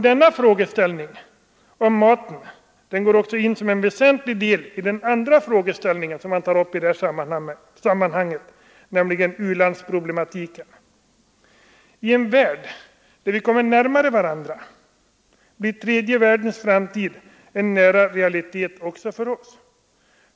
Denna fråga om maten går också in som en väsentlig del i den andra motiveringen, nämligen u-landsproblematiken. I en värld där vi kommer närmare varandra blir tredje världens framtid en nära realitet också för oss.